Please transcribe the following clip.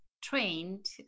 trained